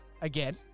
Again